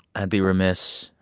i'd be remiss,